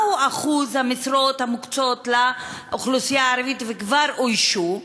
מהו אחוז המשרות המוקצה לאוכלוסייה הערבית וכבר אוישו?